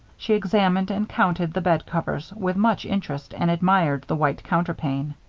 she examined and counted the bed-covers with much interest, and admired the white counterpane.